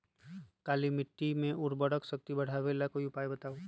काली मिट्टी में उर्वरक शक्ति बढ़ावे ला कोई उपाय बताउ?